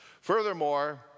Furthermore